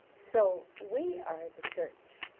so we are the church.